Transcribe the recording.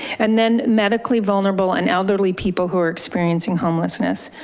and then medically vulnerable and elderly people who are experiencing homelessness.